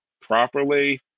properly